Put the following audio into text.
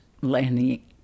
Lenny